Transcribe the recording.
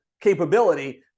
capability